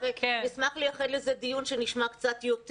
נשמח לייחד על זה דיון בו נשמע יותר.